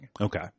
Okay